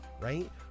right